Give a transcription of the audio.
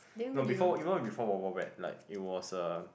no before wild even before Wild Wild Wet like it was a